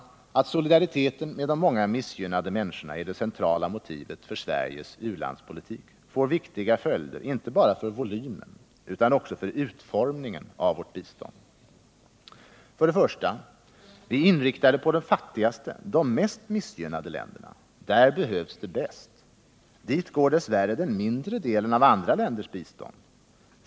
Att solidariteten med de många missgynnade människorna är det centrala motivet för Sveriges u-landspolitik får viktiga följder inte bara för volymen utan också för utformningen av vårt bistånd. Vi inriktar det på de fattigaste, de mest missgynnade länderna. Där behövs det bäst. Dit går dess värre den mindre delen av andra länders bistånd.